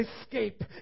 escape